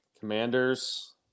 Commanders